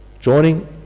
joining